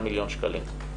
הסעיף הזה.